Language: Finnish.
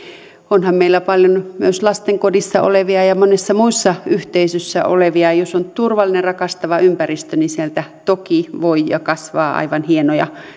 onhan meillä paljon myös lastenkodissa olevia ja monessa muussa yhteisössä olevia jos on turvallinen rakastava ympäristö niin sieltä toki voi kasvaa ja kasvaakin aivan hienoja